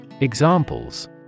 Examples